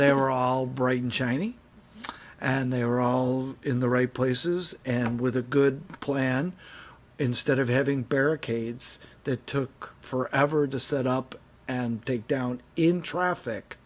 they're all bright and shiny and they're all in the right places and with a good plan instead of having barricades that took forever to set up and take down in traffic